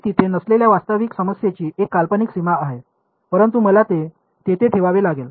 ती तिथे नसलेल्या वास्तविक समस्येची एक काल्पनिक सीमा आहे परंतु मला ते तेथे ठेवावे लागले